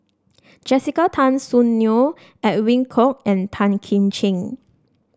Jessica Tan Soon Neo Edwin Koek and Tan Kim Ching